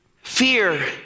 fear